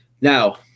Now